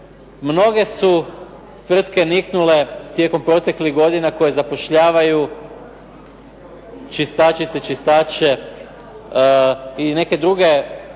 Mnoge su tvrtke niknule tijekom proteklih godina koje zapošljavaju čistačice, čistače i neke druge